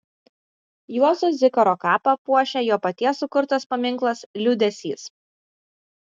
juozo zikaro kapą puošia jo paties sukurtas paminklas liūdesys